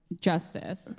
justice